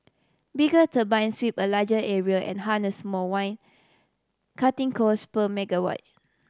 bigger turbine sweep a larger area and harness more wind cutting cost per megawatt